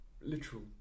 literal